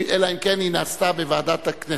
אלא אם כן היא נעשתה בוועדת הכנסת.